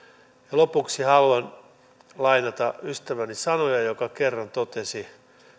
lopuksi haluan lainata ystäväni sanoja joka kerran totesi